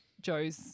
Joe's